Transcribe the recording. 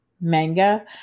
manga